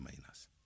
minus